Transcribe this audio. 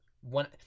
one